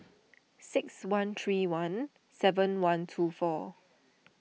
six one three one seven one two four